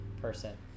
person